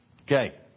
Okay